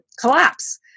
collapse